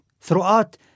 Throughout